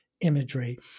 imagery